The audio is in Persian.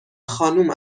خانم